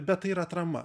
bet tai yra atrama